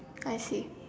I see